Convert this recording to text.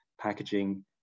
packaging